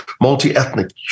multi-ethnic